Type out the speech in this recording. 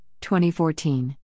2014